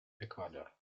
ecuador